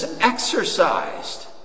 exercised